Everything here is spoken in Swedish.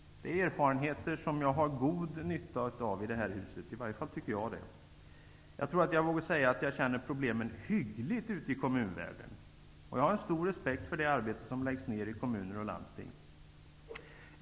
Det är erfarenheter som jag har god nytta av i det här huset. Det tycker i alla fall jag. Jag tror att jag vågar säga att jag känner problemen hyggligt ute i kommunvärlden, och jag har stor respekt för det arbete som läggs ned i kommuner och landsting.